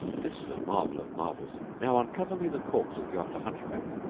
this is a marvel of marvels! now uncover me the corpse of yonder hunchback.